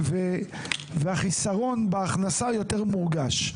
והחיסרון בהכנסה יותר מורגש.